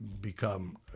become